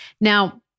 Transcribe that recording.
Now